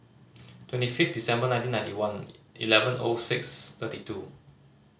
twenty fifth December nineteen ninety one eleven O six thirty two